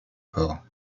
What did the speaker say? port